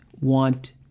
want